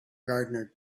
gardener